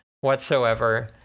whatsoever